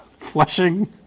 Flushing